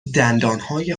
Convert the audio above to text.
دندانهای